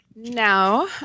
Now